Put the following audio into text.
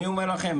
אני אומר לכם,